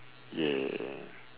yeah